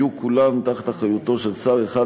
יהיו כולם תחת אחריותו של שר אחד,